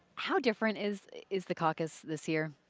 how different is is the caucus this year?